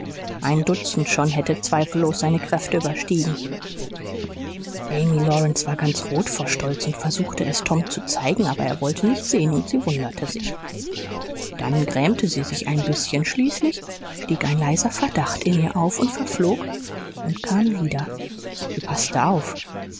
ein dutzend schon hätte zweifellos seine kräfte überstiegen amy lawrence war ganz rot vor stolz und versuchte es tom zu zeigen aber er wollte nicht sehen sie wunderte sich dann grämte sie sich ein bißchen schließlich stieg ein leiser verdacht in ihr auf und verflog und kam wieder sie paßte auf